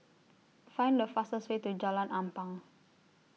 Find The fastest Way to Jalan Ampang